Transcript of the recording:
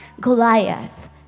Goliath